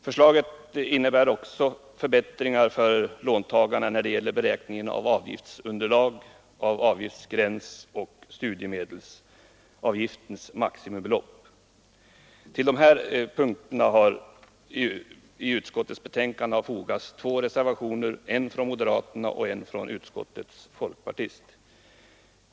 Förslaget innebär också förbättringar för låntagarna när det gäller beräkningen av avgiftsunderlag, avgiftsgräns och studiemedelsavgiftens maximibelopp. Till de här punkterna i utskottets betänkande har fogats två reservationer, nämligen en från moderaterna och en från utskottets folkpartist.